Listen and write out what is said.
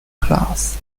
class